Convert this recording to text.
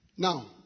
Now